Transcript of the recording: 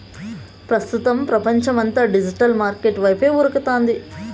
ప్రస్తుతం పపంచమంతా digital market వైపే ఉరకతాంది